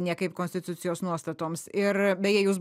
niekaip konstitucijos nuostatoms ir beje jūs